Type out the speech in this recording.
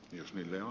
jos viljaa